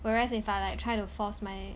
whereas if I like try to force my